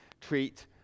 treat